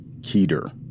Keter